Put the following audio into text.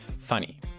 funny